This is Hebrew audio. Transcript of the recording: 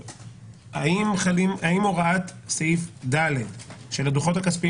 -- האם הוראת סעיף ד שה בדוחות הכספיים